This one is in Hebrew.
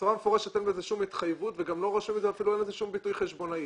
בצורה מפורשת אין בזה שום התחייבות ואפילו אין לזה כל ביטוי חשבונאי.